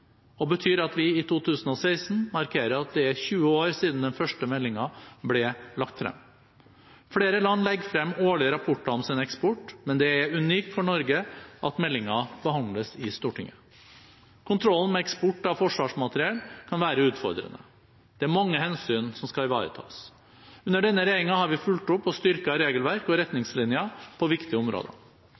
Det betyr at vi i 2016 markerer at det er 20 år siden den første meldingen ble lagt frem. Flere land legger frem årlige rapporter om sin eksport, men det er unikt for Norge at meldingen behandles i Stortinget. Kontrollen med eksport av forsvarsmateriell kan være utfordrende. Det er mange hensyn som skal ivaretas. Under denne regjeringen har vi fulgt opp og styrket regelverk og retningslinjer på viktige områder.